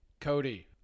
Cody